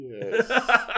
Yes